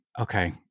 Okay